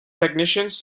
technicians